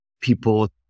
people